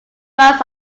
runs